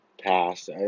passed